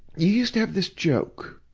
you used to have this joke